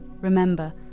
Remember